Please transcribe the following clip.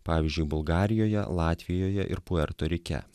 pavyzdžiui bulgarijoje latvijoje ir puerto rike